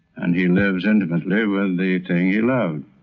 and he lives intimately with the thing he loved.